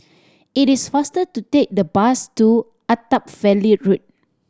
it is faster to take the bus to Attap Valley Road